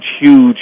huge